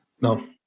No